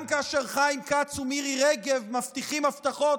גם כאשר חיים כץ ומירי רגב מבטיחים הבטחות